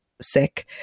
sick